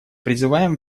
призываем